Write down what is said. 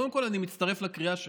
קודם כול, אני מצטרף לקריאה שלה.